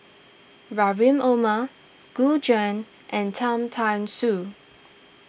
Rahim Omar Gu Juan and Cham Tao Soon